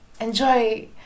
enjoy